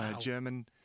German